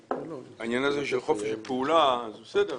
העניין הזה של חופש פעולה, אז בסדר,